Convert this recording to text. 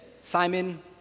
Simon